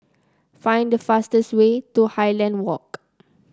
find the fastest way to Highland Walk